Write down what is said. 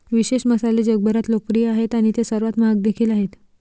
विशेष मसाले जगभरात लोकप्रिय आहेत आणि ते सर्वात महाग देखील आहेत